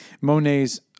Monet's